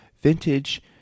vintage